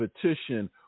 petition